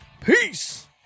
Peace